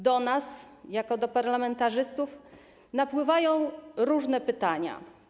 Do nas jako parlamentarzystów napływają różne pytania.